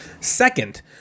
Second